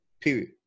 period